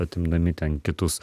atminami ten kitus